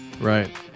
Right